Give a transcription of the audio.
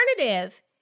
alternative